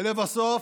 ולבסוף,